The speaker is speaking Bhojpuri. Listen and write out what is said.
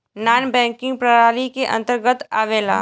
नानॅ बैकिंग प्रणाली के अंतर्गत आवेला